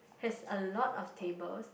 has a lot of tables